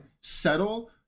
settle